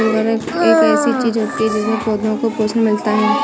उर्वरक एक ऐसी चीज होती है जिससे पौधों को पोषण मिलता है